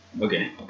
Okay